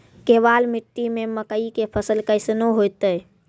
केवाल मिट्टी मे मकई के फ़सल कैसनौ होईतै?